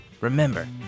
Remember